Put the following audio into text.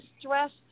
stressed